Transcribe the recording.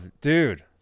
dude